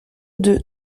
deux